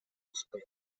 spin